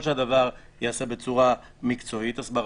שצריך שהדבר ייעשה בצורה מקצועית הסברתית,